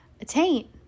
attain